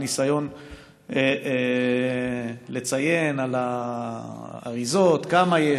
ניסיון לציין על האריזות כמה יש,